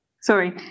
sorry